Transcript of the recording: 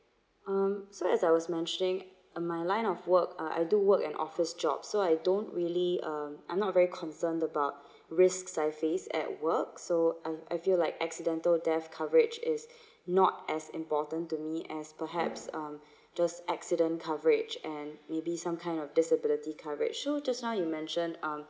um so as I was mentioning my line of work uh I do work an office job so I don't really um I'm not very concerned about risks I face at work so I I feel like accidental death coverage is not as important to me as perhaps um just accident coverage and maybe some kind of disability coverage so just now you mentioned um